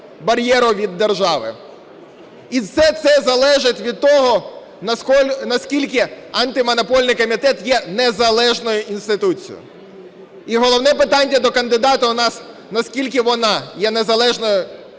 І все це залежить від того, наскільки Антимонопольний комітет є незалежною інституцією. І головне питання до кандидата у нас: наскільки вона є незалежною людиною,